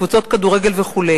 קבוצות כדורגל וכו'